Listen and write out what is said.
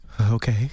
Okay